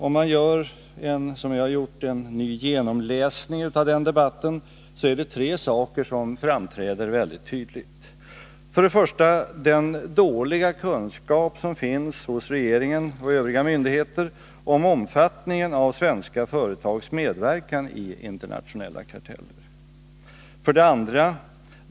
Om man gör, som jag har gjort, en ny genomläsning av den debatten, är det tre saker som framträder väldigt tydligt: 1. Den dåliga kunskap som finns hos regeringen och övriga myndigheter om omfattningen av svenska företags medverkan i internationella karteller. 2.